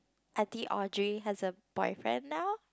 Ardy Audrey has a boyfriend now